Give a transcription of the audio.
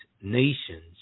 nations